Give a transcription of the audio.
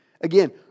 Again